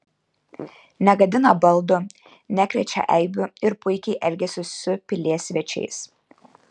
negadina baldų nekrečia eibių ir puikiai elgiasi su pilies svečiais